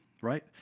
right